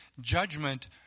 judgment